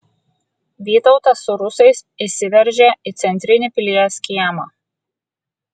vytautas su rusais įsiveržia į centrinį pilies kiemą